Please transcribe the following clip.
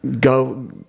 go